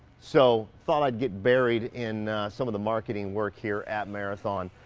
so thought i'd get buried in some of the marketing work here at marathon.